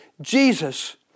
Jesus